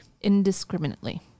Indiscriminately